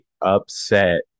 upset